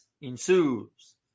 ensues